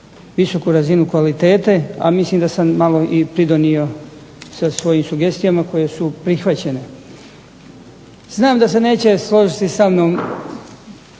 visoku razinu kvalitete a mislim da sam malo pridonio sa svojim sugestijama koje su prihvaćene. Znam da se neće složiti sa mnom